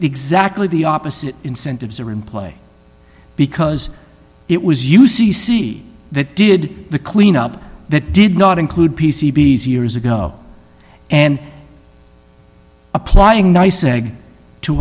exactly the opposite incentives are in play because it was you see see that did the clean up that did not include p c b zero's ago and applying nice segue to